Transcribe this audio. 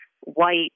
white